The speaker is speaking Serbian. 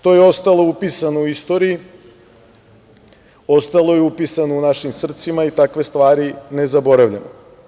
To je ostalo upisano u istoriji, ostalo je upisano u našim srcima i takve stvari ne zaboravljamo.